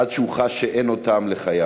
עד שהוא חש שאין עוד טעם לחייו,